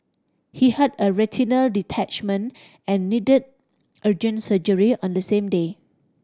he had a retinal detachment and needed agent surgery on the same day